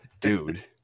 dude